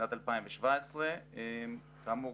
בשנת 2017. כאמור,